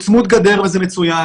הוא צמוד גדר וזה מצוין.